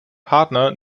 partner